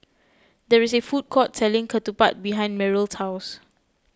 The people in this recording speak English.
there is a food court selling Ketupat behind Merrill's house